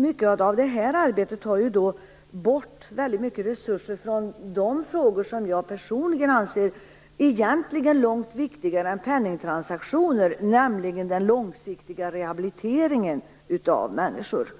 Mycket av det arbetet tar bort resurser från de frågor som jag personligen anser vara långt viktigare än penningtransaktioner, nämligen den långsiktiga rehabiliteringen av människor.